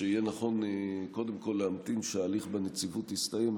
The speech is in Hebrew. אני חושב שיהיה נכון קודם כול להמתין שההליך בנציבות יסתיים.